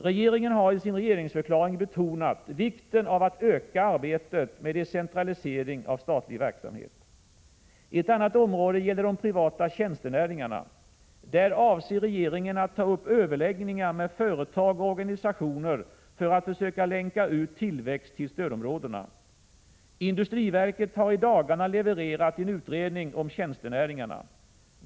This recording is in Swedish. Regeringen har i sin regeringsförklaring betonat vikten av att öka arbetet med decentralisering av statlig verksamhet. Ytterligare ett område gäller de privata tjänstenäringarna. Där avser regeringen att ta upp överläggningar med företag och organisationer för att försöka länka ut tillväxt till stödområdena. Industriverket har i dagarna levererat en utredning om tjänstenäringarna.